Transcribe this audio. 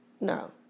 No